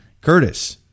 Curtis